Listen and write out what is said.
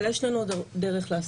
אבל יש לנו עוד דרך לעשות,